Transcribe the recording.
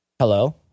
hello